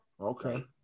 Okay